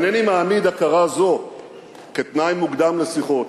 איני מעמיד הכרה זו כתנאי מוקדם לשיחות.